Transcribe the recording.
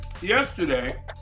yesterday